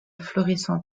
florissant